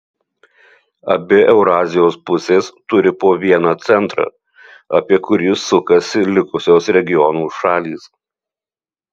abi eurazijos pusės turi po vieną centrą apie kurį sukasi likusios regionų šalys